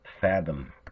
fathom